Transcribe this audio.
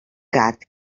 gat